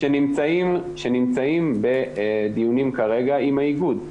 --- שנמצאים בדיונים כרגע עם האיגוד.